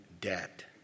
debt